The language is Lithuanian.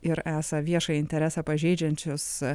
ir esą viešąjį interesą pažeidžiančius